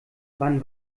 wann